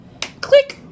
Click